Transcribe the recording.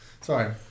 sorry